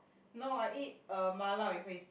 no I eat uh mala with Hui-Wen